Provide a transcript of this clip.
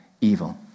evil